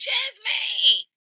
Jasmine